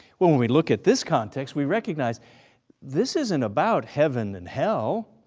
when when we look at this context we recognize this isn't about heaven and hell.